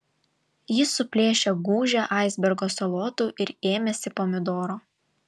jis suplėšė gūžę aisbergo salotų ir ėmėsi pomidoro